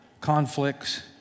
conflicts